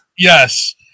Yes